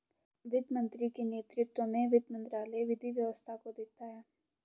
वित्त मंत्री के नेतृत्व में वित्त मंत्रालय विधि व्यवस्था को देखता है